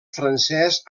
francès